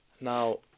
Now